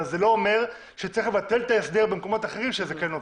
אבל זה לא אומר שצריך לבטל את ההסדר במקומות אחרים שבהם זה כן עובד.